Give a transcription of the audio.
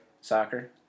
soccer